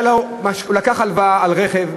הוא לקח הלוואה לרכב,